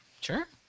Sure